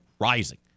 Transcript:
Rising